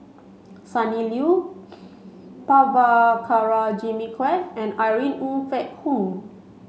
Sonny Liew Prabhakara Jimmy Quek and Irene Ng Phek Hoong